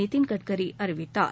நிதின் கட்கரி அறிவித்தார்